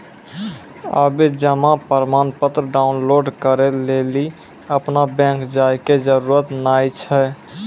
आबे जमा प्रमाणपत्र डाउनलोड करै लेली अपनो बैंक जाय के जरुरत नाय छै